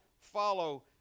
follow